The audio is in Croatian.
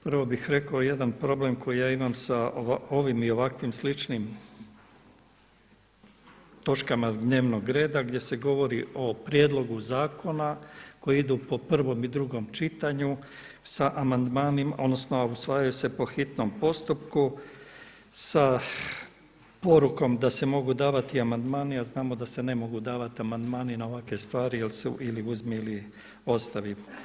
Prvo bih rekao jedan problem koji ja imam sa ovim i ovakvim sličnim točkama dnevnog reda gdje se govori o prijedlogu zakona koji ide po prvom i drugom čitanju sa amandmanima, odnosno usvajaju se po hitnom postupku sa porukom da se mogu davati amandmani a znamo da se ne mogu davati amandmani na ovakve stvari jer su ili uzmi ili ostavi.